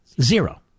Zero